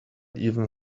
even